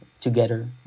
together